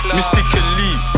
Mystically